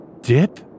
Dip